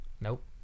nope